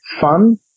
Fun